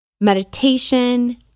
meditation